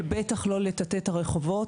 בטח לא לטאטא את הרחובות,